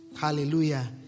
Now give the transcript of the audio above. Hallelujah